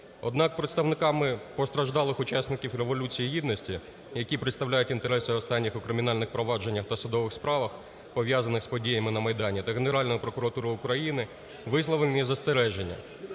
Однак, представниками постраждалих учасників Революції Гідності, які представляють інтереси останніх у кримінальних провадженнях та судових справах, пов'язаних з подіями на Майдані, та Генеральною прокуратурою України висловлені застереження,